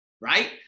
right